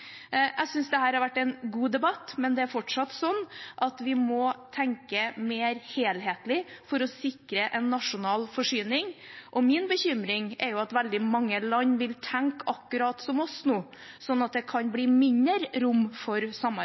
Jeg synes dette har vært en god debatt, men det er fortsatt slik at vi må tenke mer helhetlig for å sikre en nasjonal forsyning. Min bekymring er at veldig mange land vil tenke akkurat som oss nå, slik at det kan bli mindre rom for